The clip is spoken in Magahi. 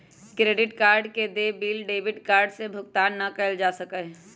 क्रेडिट कार्ड के देय बिल डेबिट कार्ड से भुगतान ना कइल जा सका हई